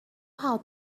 how